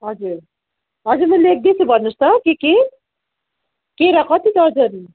हजुर हजुर म लेख्दैछु भन्नुहोस् त के के केरा कति दर्जन